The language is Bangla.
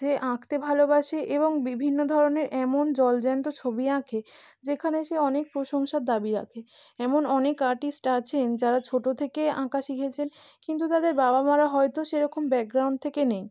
যে আঁকতে ভালোবাসে এবং বিভিন্ন ধরনের এমন জলজ্যান্ত ছবি আঁকে যেখানে সে অনেক প্রশংসার দাবি রাখে এমন অনেক আর্টিস্ট আছেন যারা ছোটো থেকে আঁকা শিখেছেন কিন্তু তাদের বাবা মারা হয়তো সেরকম ব্যাকগ্রাউন্ড থেকে নেই